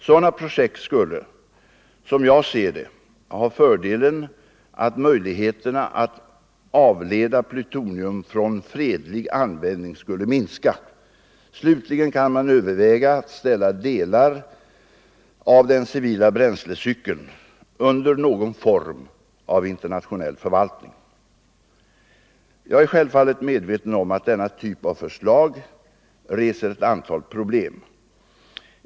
Sådana projekt skulle, som jag ser det, ha fördelen att möjligheterna att avleda plutonium från fredlig 85 användning skulle minska. Slutligen kan man överväga att ställa delar av den civila bränslecykeln under någon form av internationell förvaltning. Jag är självfallet medveten om att denna typ av förslag reser ett antal problem.